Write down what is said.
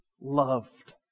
loved